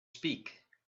speak